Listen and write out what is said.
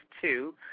two